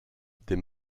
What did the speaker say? des